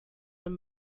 and